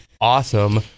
awesome